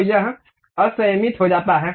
तो यह असंयमित हो जाता है